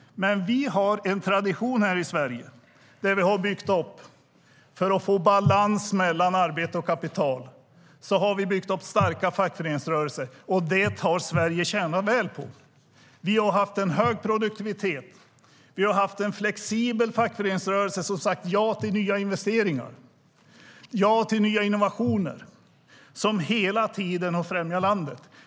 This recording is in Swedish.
Vi har en tradition här i Sverige där vi har byggt upp starka fackföreningsrörelser för att få balans mellan arbete och kapital. Det har tjänat Sverige väl. Vi har haft en hög produktivitet. Vi har en flexibel fackföreningsrörelse som sagt ja till nya investeringar och ja till innovationer. Detta har hela tiden främjat landet.